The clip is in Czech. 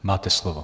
Máte slovo.